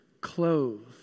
clothed